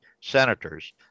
senators